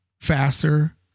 faster